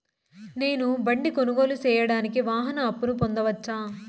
నేను బండి కొనుగోలు సేయడానికి వాహన అప్పును పొందవచ్చా?